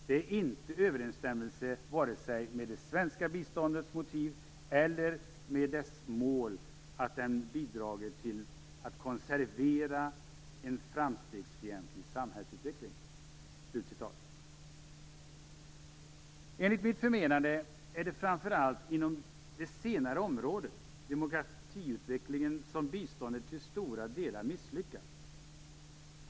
Det är inte i överensstämmelse vare sig med det svenska biståndets motiv eller med dess mål att den bidrager till att konservera en framstegsfientlig samhällsutveckling." Enligt mitt förmenande är det framför allt inom det senare området, demokratiutvecklingen, som biståndet till stora delar misslyckats.